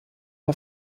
der